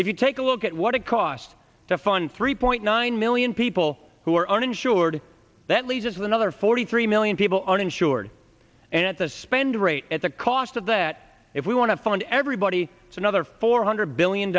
if you take a look at what it cost to fund three point nine million people who are uninsured that leaves us with another forty three million people uninsured and at the spend rate at the cost of that if we want to fund everybody it's another four hundred billion